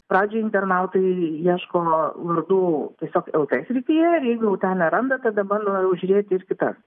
pradžioj internautai ieško vardų tiesiog lt srityje ir jeigu jau ten neranda tada bando jau žiūrėti ir kitas